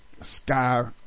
sky